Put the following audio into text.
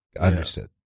understood